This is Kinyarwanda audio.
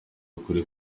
ukuri